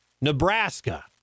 Nebraska